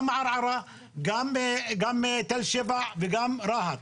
גם ערערה, גם תל שבע וגם רהט.